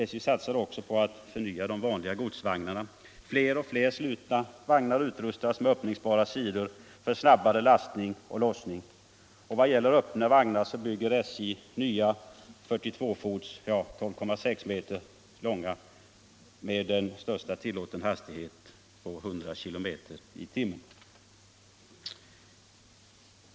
SJ satsar också på att förnya de vanliga godsvagnarna. Fler och fler slutna vagnar utrustas med öppningsbara sidor för snabbare lastning och lossning. Vad gäller öppna vagnar bygger SJ nya, 12,6 m långa, med en största tillåten hastighet av 100 km/tim.